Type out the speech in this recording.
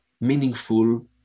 meaningful